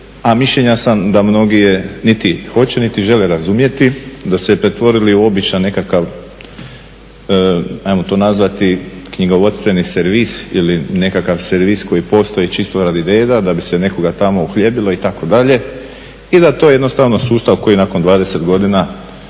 a mišljenja sam da mnogi je niti hoće niti žele razumjeti, da su je pretvorili u običan nekakav, ajmo to nazvati knjigovodstveni servis ili nekakav servis koji postoji čisto radi reda, da bi se nekoga tamo uhljebilo, itd. i da to jednostavno sustav koji nakon 20 godina